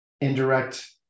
Indirect